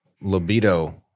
libido